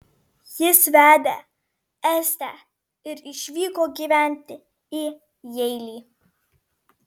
jis vedė estę ir išvyko gyventi į jeilį